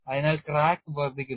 അതിനാൽ ക്രാക്ക് വർദ്ധിക്കുന്നു